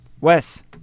Wes